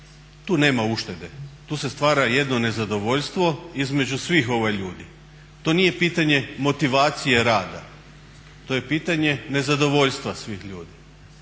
tu nema uštede, tu se stvara jedno nezadovoljstvo između svih ljudi. To nije pitanje motivacije rada, to je pitanje nezadovoljstva svih ljudi.